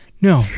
no